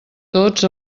tots